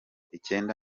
icyenda